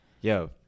yo